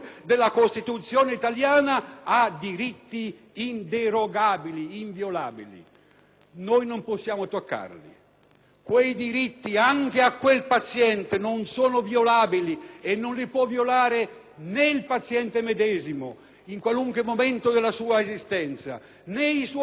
noi non possiamo toccare. Quei diritti non sono violabili e non li può violare né il paziente medesimo in qualunque momento della sua esistenza, né i suoi genitori, né la magistratura, né il Parlamento; sono, appunto, inviolabili.